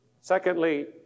Secondly